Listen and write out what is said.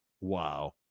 Wow